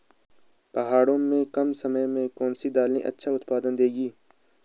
पहाड़ों में कम समय में कौन सी दालें अच्छा उत्पादन देंगी?